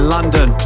London